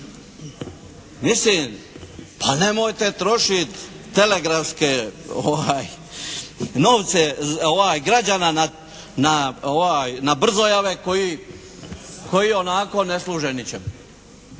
Mislim, pa nemojte trošiti telegramske novce građana na brzojave koji ionako ne služe ničemu.